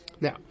Now